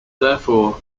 therefore